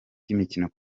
by’imikino